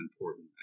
important